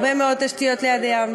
הרבה מאוד תשתיות ליד הים,